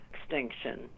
extinction